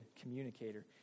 communicator